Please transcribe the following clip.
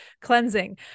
cleansing